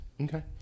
Okay